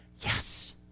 yes